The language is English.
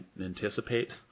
anticipate